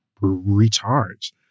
recharge